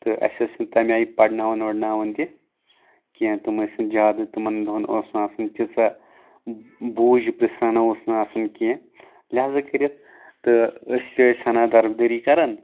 تہٕ اَسہِ ٲسۍ یِم تَمہِ آیہِ پرناوان ورناوان تہِ کیٚنٛہہ تِم ٲسۍ نہٕ زیادٕ تِمن دۄہَن ٲس نہٕ آسان تیٖژاہ بوٗج پرژھانا اوس نہٕ آسان کیٚنٛہہ لِہزا کٔرِتھ تہٕ أسۍ تہِ ٲسۍ ہنا دربٔدٔرۍ کَران